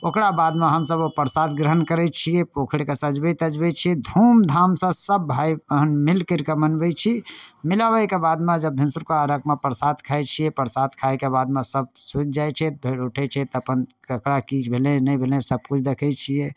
ओकरा बादमे हमसब ओ प्रसाद ग्रहण करै छी पोखरिके सजबै तजबै छी धूम धाम सऽ सब भाय बहिन मिल करि कऽ मनबै छी मिलबै के बादमे भिनसुरका अर्घ्य मे प्रसाद खाइ छियै प्रसाद खायके बादमे सब सुति जाइ छै फेर उठै छै तऽ अपन ककरा की भेलै नहि भेलै सब किछु देखै छियै